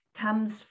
comes